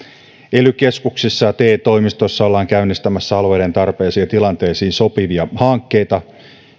ely keskuksissa ja te toimistoissa ollaan käynnistämässä alueiden tarpeisiin ja tilanteisiin sopivia hankkeita